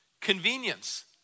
convenience